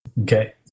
Okay